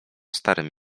starym